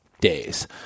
days